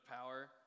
power